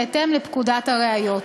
בהתאם לפקודת הראיות.